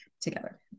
together